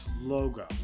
logo